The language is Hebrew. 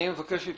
אני אבקש את